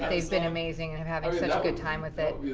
they've been amazing, and having such a good time with it.